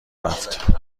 رفت